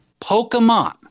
Pokemon